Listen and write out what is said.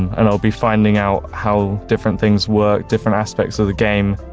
and i would be finding out how different things worked, different aspects of the game.